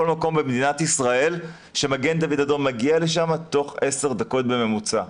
מקום במדינת ישראל שמד"א מגיע לשם תוך 10 דקות בממוצע,